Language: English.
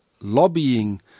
lobbying